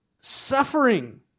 suffering